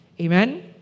Amen